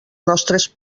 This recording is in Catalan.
nostres